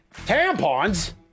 Tampons